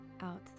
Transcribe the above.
out